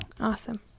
awesome